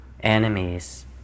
Enemies